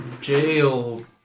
jail